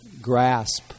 grasp